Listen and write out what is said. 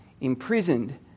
imprisoned